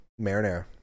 Marinara